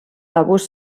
abús